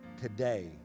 Today